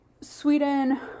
Sweden